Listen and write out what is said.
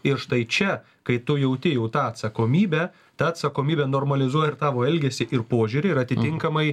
ir štai čia kai tu jauti jau tą atsakomybę ta atsakomybė normalizuoja ir tavo elgesį ir požiūrį ir atitinkamai